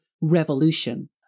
revolution